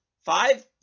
five